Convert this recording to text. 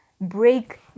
break